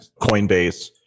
Coinbase